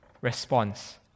response